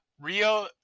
Rio